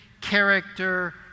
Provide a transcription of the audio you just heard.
character